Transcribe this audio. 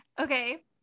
Okay